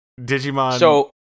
Digimon